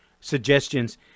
suggestions